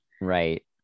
Right